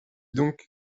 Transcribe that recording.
donc